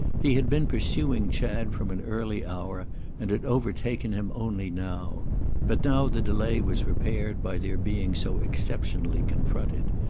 he had been pursuing chad from an early hour and had overtaken him only now but now the delay was repaired by their being so exceptionally confronted.